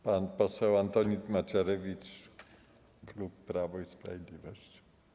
Pan poseł Antoni Macierewicz, klub Prawo i Sprawiedliwość.